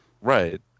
right